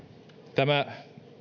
tämä